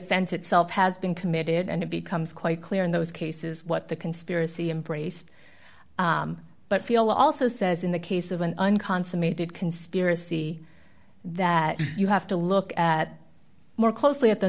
offense itself has been committed and it becomes quite clear in those cases what the conspiracy embraced but feel also says in the case of an unconsummated conspiracy that you have to look at more closely at the